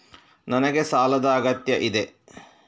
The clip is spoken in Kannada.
ನನಗೆ ಸಾಲದ ಅಗತ್ಯ ಇದೆ?